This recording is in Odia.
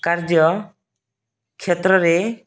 କାର୍ଯ୍ୟ କ୍ଷେତ୍ରରେ